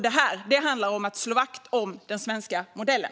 Det handlar om att slå vakt om den svenska modellen.